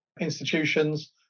institutions